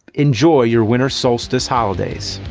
enjoy your winter solstice holidays.